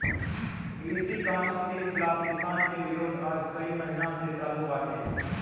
कृषि कानून के खिलाफ़ किसान के विरोध आज कई महिना से चालू बाटे